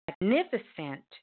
magnificent